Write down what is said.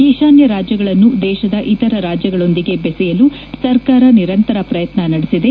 ಈಶಾನ್ಯ ರಾಜ್ಯಗಳನ್ನು ದೇಶದ ಇತರ ರಾಜ್ಯಗಳೊಂದಿಗೆ ಬೆಸೆಯಲು ಸರ್ಕಾರ ನಿರಂತರ ಪ್ರಯತ್ನ ನಡೆಸಿದೆ